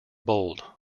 bold